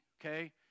okay